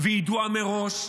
וידועה מראש: